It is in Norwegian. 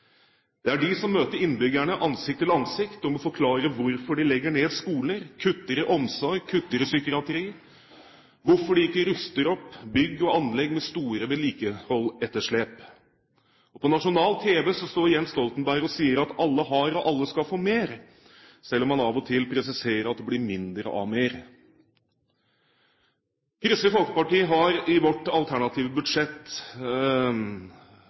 Det er de som møter innbyggerne ansikt til ansikt og må forklare hvorfor de legger ned skoler, kutter i omsorg og kutter i psykiatri, og hvorfor de ikke ruster opp bygg og anlegg med store vedlikeholdsetterslep. Og på nasjonalt tv står Jens Stoltenberg og sier at alle har og alle skal få mer, selv om han av og til presiserer at det blir mindre av «mer». Vi i Kristelig Folkeparti har i vårt alternative budsjett